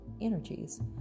energies